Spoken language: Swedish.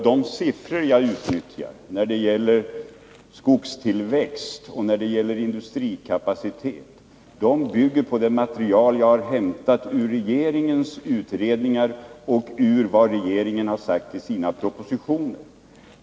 De siffror jag utnyttjar när det gäller skogstillväxt och industrikapacitet bygger på det material som finns i regeringens utredningar och propositioner.